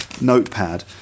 notepad